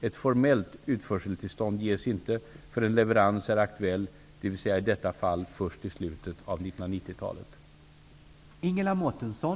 Ett formellt utförseltillstånd ges inte förrän leverans är aktuell, dvs. i detta fall först i slutet av 1990-talet.